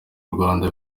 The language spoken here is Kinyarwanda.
rwanda